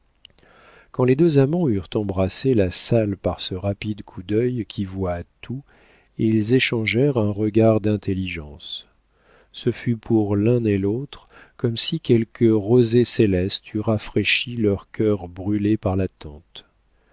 quand les deux amants eurent embrassé la salle par ce rapide coup d'œil qui voit tout ils échangèrent un regard d'intelligence ce fut pour l'un et l'autre comme si quelque rosée céleste eût rafraîchi leurs cœurs brûlés par l'attente